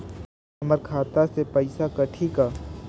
हमर खाता से पइसा कठी का?